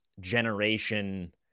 generation